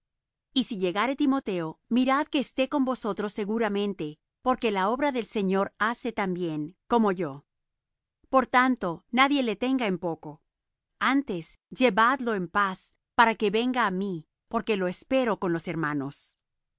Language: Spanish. y si llegare timoteo mirad que esté con vosotros seguramente porque la obra del señor hace también como yo por tanto nadie le tenga en poco antes llevadlo en paz para que venga á mí porque lo espero con los hermanos